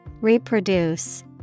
Reproduce